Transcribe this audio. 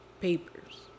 papers